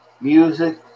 Music